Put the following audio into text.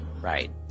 Right